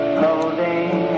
holding